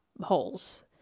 holes